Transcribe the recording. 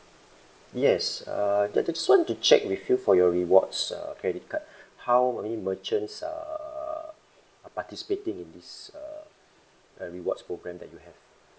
yes uh ju~ just want to check with you for your rewards uh credit card how many merchants are participating in this uh uh rewards program that you have